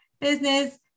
business